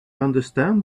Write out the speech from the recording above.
understand